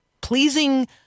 pleasing